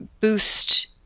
boost